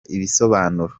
ibisobanuro